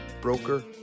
broker